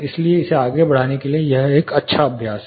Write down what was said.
इसलिए इसे आगे बढ़ाने के लिए यह एक अच्छा अभ्यास है